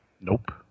Nope